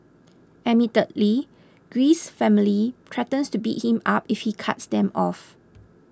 admittedly Greece's family threatens to beat him up if he cuts them off